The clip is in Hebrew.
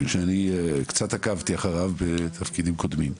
שקצת עקבתי אחריו בתפקידים קודמים שלי.